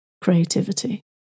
creativity